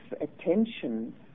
attention